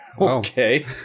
Okay